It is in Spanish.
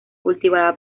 cultivada